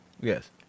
Yes